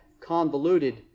convoluted